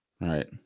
right